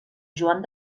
joan